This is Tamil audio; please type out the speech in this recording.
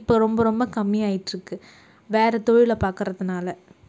இப்போது ரொம்ப ரொம்ப கம்மியாகிட்டு இருக்கு வேற தொழிலை பாக்கிறதுனால